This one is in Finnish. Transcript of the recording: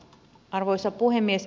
arvoisa puhemies